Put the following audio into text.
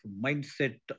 mindset